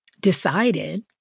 decided